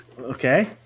Okay